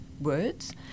Words